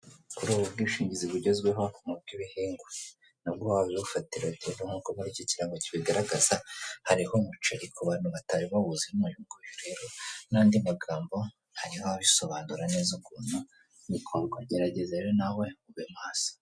Kuri ubu bwishingizi bugezweho ni ubw'ibihingwa nibwo bwahawe urufatira urugero, nk'uko muri iki kirango kibigaragaza hariho umuceri ku bantu batari bawuzi nonehokore rero n'andi magambo hanyuma wa abisobanura neza ukuntu nikongogerageza rero nawe we kugwa mo hasi.